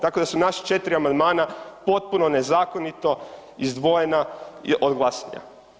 Tako da su naša 4 amandmana potpuno nezakonito izdvojena od glasanja.